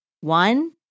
One